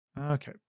Okay